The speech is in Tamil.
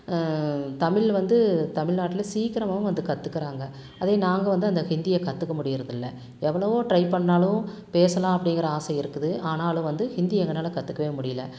தமிழ் வந்து தமிழ்நாட்டில சீக்கரமாகவும் வந்து கத்துக்கிறாங்க அதே நாங்கள் வந்து அந்த ஹிந்தியை கற்றுக்க முடிகிறதில்ல எவ்வளவோ ட்ரை பண்ணாலும் பேசலாம் அப்படிங்கிற ஆசை இருக்குது ஆனாலும் வந்து ஹிந்தி எங்களால கற்றுக்கவே முடியல